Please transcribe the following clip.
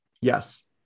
Yes